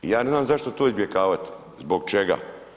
I ja ne znam zašto to izbjegavati, zbog čega?